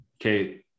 Okay